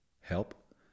help